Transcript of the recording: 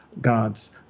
God's